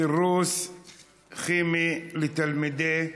בעניין סירוס כימי לתלמידי ישיבה.